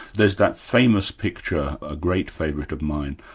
there's that famous picture, a great favourite of mine,